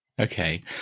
okay